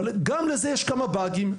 אבל גם לזה יש כמה באגים.